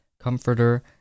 comforter